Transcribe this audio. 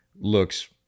looks